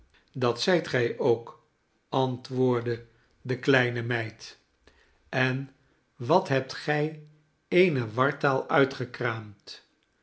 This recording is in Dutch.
dat zijt gij ook antwoordde de kleine meid en wat hebt gij eene wartaal